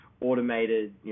automated